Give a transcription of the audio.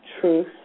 truth